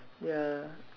ya